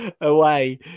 away